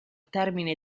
termine